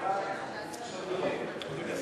הערכת שוויו של